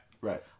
Right